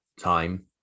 time